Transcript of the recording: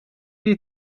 die